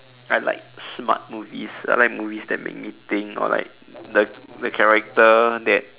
I like smart movies I like movies that make me think or like the the character that